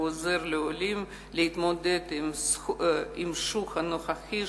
הוא עוזר לעולים להתמודד עם השוק הנוכחי,